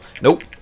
Nope